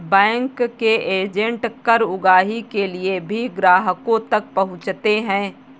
bank के agent कर उगाही के लिए भी ग्राहकों तक पहुंचते हैं